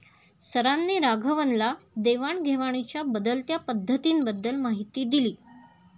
सरांनी राघवनला देवाण घेवाणीच्या बदलत्या पद्धतींबद्दल माहिती दिली